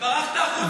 וברחת החוצה.